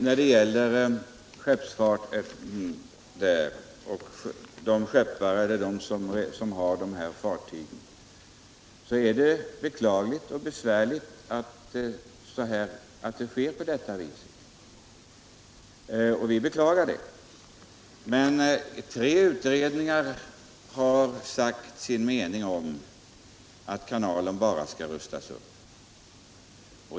När det gäller sjöfarten och de skeppare som äger dessa fartyg vill jag framhålla att det är beklagligt att det skall vara på detta sätt. Men tre utredningar har sagt sin mening om att kanalen bara skall rustas upp.